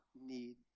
need